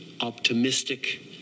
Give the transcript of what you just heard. optimistic